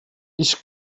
ich